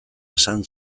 esan